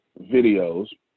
videos